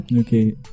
okay